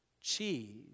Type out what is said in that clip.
cheese